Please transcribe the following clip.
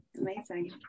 Amazing